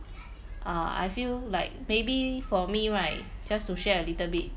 ah I feel like maybe for me right just to share a little bit